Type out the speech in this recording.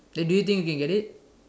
then do you think you can get it